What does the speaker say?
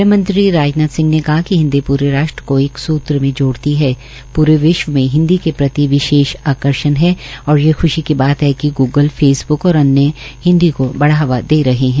गृह मंत्रीराजनाथ सिंह ने कहा कि हिन्दी प्रे राष्ट्र को एक सूत्र में जोड़ती है प्रे विश्व में हिन्दी के प्रति विशेष आकर्षण है और ये खुशी की बात है गूगल फेस बुक और अन्य को बढ़ावा दे रहे है